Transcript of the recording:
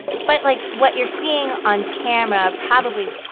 but, like, what you're seeing on camera, probably,